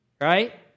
right